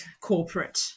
corporate